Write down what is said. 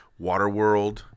Waterworld